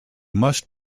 must